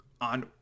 on